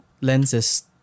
lenses